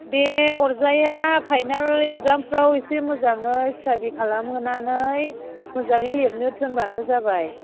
दे अरजाया फाइनेल एक्जामफोराव एसे मोजाङै स्टाडि खालामहोनानै मोजाङै लिरनो थिनबानो जाबाय